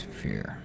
fear